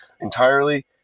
entirely